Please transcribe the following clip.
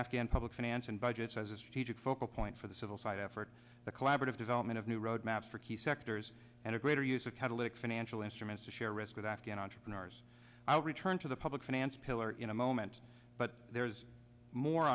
afghan public finance and budgets as a strategic focal point for the civil side effort the collaborative development of new road maps for key sectors and a greater use of catalytic financial instruments to share risk with afghan entrepreneurs i'll return to the public finance pillar in a moment but there is more